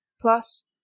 Plus